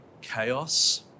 chaos